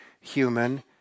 human